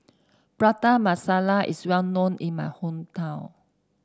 Prata Masala is well known in my hometown